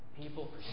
people